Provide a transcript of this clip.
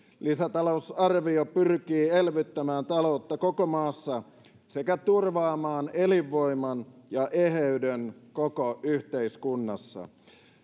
lisätalousarvio pyrkii elvyttämään taloutta koko maassa sekä turvaamaan elinvoiman ja eheyden koko yhteiskunnassa